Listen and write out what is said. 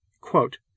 Quote